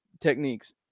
techniques